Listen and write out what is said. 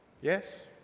Yes